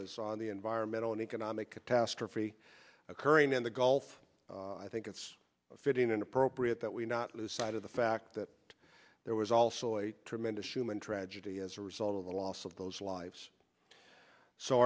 is on the environmental and economic catastrophe occurring in the gulf i think it's fitting and appropriate that we not lose sight of the fact that there was also a tremendous human tragedy as a result of the loss of those lives so